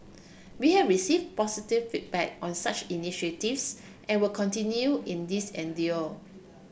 we have received positive feedback on such initiatives and will continue in this